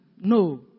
No